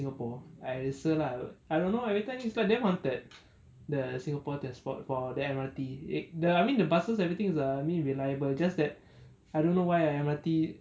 singapore I rasa lah I don't know every time it's like damn haunted start the singapore transport for the M_R_T I mean the buses everything is err I mean reliable just that I don't know why ah M_R_T